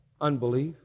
Unbelief